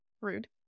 rude